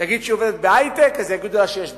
תגיד שהיא עובדת בהיי-טק, יגידו לה שיש ב"אינטל",